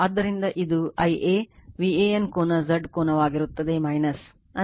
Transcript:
ಆದ್ದರಿಂದ ಇದು Ia VAN ಕೋನ Z ಕೋನವಾಗಿರುತ್ತದೆ